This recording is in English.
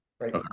right